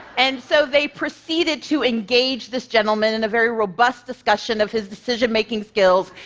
and so they proceeded to engage this gentleman in a very robust discussion of his decision-making skills.